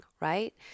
right